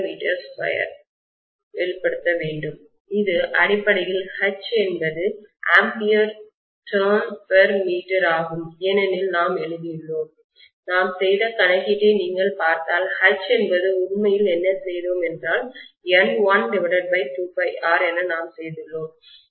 இல் வெளிப்படுத்தப்பட வேண்டும் இது அடிப்படையில் H என்பது AmpTurnm ஆகும் ஏனெனில் நாம் எழுதியுள்ளோம் நாம் செய்த கணக்கீடை நீங்கள் பார்த்தால் H என்பது உண்மையில் என்ன செய்தோம் என்றால் N12πr என நாம் செய்துள்ளோம்